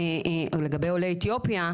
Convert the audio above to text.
לגבי עולי אתיופיה,